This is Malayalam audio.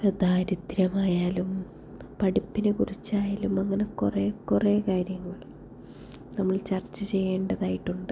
ദാരിദ്ര്യമായാലും പഠിപ്പിനെക്കുറിച്ചായാലും അങ്ങനെ കുറേ കുറേ കാര്യങ്ങൾ നമ്മൾ ചർച്ച ചെയ്യേണ്ടതായിട്ടുണ്ട്